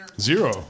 Zero